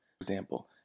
Example